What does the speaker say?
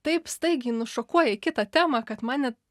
taip staigiai nušokuoja į kitą temą kad man ne